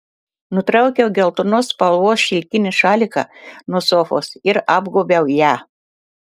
nutraukiau geltonos spalvos šilkinį šaliką nuo sofos ir apgobiau ją